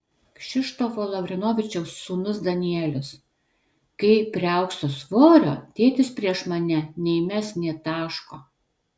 kšištofo lavrinovičiaus sūnus danielius kai priaugsiu svorio tėtis prieš mane neįmes nė taško